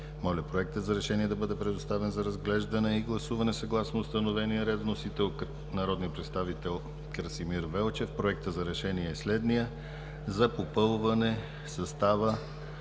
Моля Проектът за решение да бъде предоставен за разглеждане и гласуване съгласно установения ред.“ Вносител е народният представител Красимир Велчев. „Проект! РЕШЕНИЕ за попълване на състава